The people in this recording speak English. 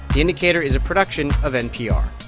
the indicator is a production of npr